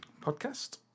podcast